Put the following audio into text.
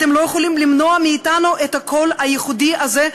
אתם לא יכולים למנוע מאתנו את הקול הייחודי הזה,